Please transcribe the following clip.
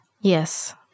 Yes